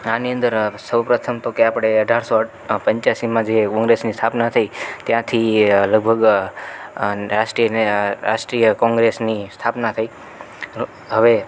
આની અંદર સૌ પ્રથમ તો કે આપણે અઢારસો પંચ્યાસી જે કોંગ્રેસની સ્થાપના થઈ ત્યાંથી લગભગ રાષ્ટ્રીય કોંગ્રેસની સ્થાપના થઈ હવે